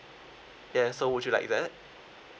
ya so would you like that